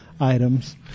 items